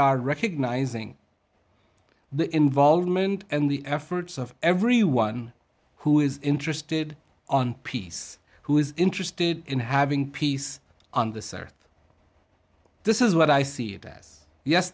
are recognizing the involvement and the efforts of everyone who is interested on peace who is interested in having peace on the south this is what i see that yes